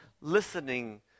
listening